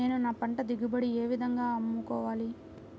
నేను నా పంట దిగుబడిని ఏ విధంగా అమ్ముకోవాలి?